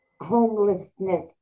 homelessness